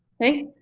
okay,